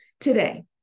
today